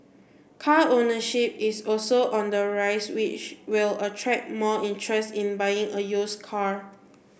car ownership is also on the rise which will attract more interest in buying a used car